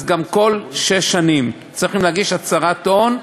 אז גם כל שש שנים צריכים להגיש הצהרת הון.